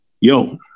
Yo